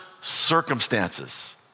circumstances